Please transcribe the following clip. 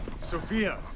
Sophia